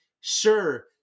sure